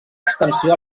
extensió